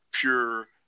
pure